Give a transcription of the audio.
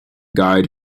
guide